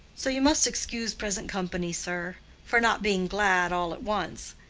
so you must excuse present company, sir, for not being glad all at once.